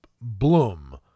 Bloom